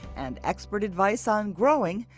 and expert advice on growing,